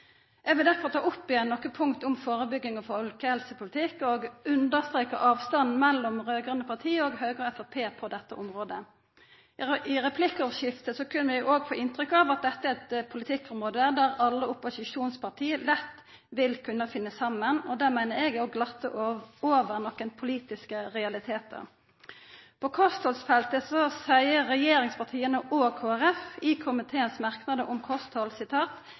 Eg vil derfor ta opp igjen nokre punkt om førebygging og folkehelsepolitikk og understreka avstanden mellom raud-grøne parti og Høgre og Framstegspartiet på dette området. I replikkordskiftet kunne ein òg får inntrykk av at dette er eit politikkområde der alle opposisjonspartia lett vil kunna finna saman. Det meiner eg er å glatta over nokre politiske realitetar. På kosthaldsfeltet seier regjeringspartia og Kristeleg Folkeparti i komiteens merknader om kosthald